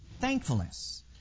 thankfulness